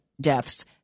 deaths